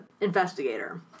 investigator